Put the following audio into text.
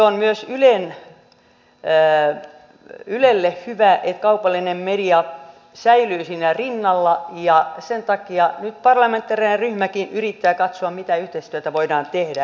on myös ylelle hyvä että kaupallinen media säilyy siinä rinnalla ja sen takia nyt parlamentaarinen ryhmäkin yrittää katsoa mitä yhteistyötä voidaan tehdä